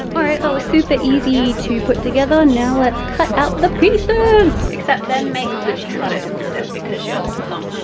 all right. that was super easy to put together. now let's cut out the pieces. except then make luci cut it instead because your thumb